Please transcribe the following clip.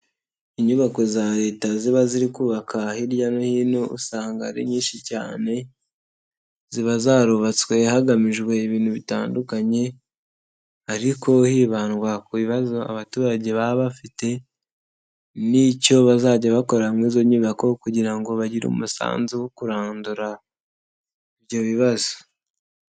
Inyubako za leta ziba ziri kubaka hirya no hino usanga ari nyinshi cyane, ziba zarubatswe hagamijwe ibintu bitandukanye ariko hibandwa ku bibazo abaturage baba bafite n'icyo bazajya bakorera muri izo nyubako kugira ngo bagire umusanzu wo kurandura, ibyo bibazo.